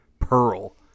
Pearl